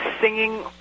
singing